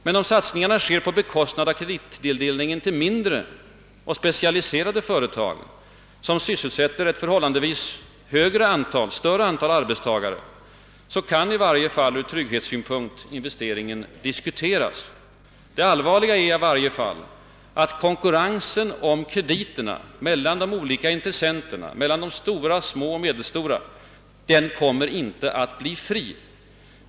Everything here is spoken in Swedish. Men om de göres på bekostnad av kredittilldelningen till mindre, specialiserade företag, som sysselsätter ett förhållandevis högre antal arbetstagare, kan i varje fall från trygghetssynpunkt investeringen diskuteras. Det allvarliga är att konkurrensen om krediterna mellan de olika intressenterna — de stora, de medelstora och de små — inte kommer att bli fri.